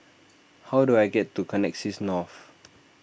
how do I get to Connexis North